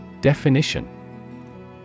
Definition